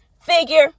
figure